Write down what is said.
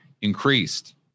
increased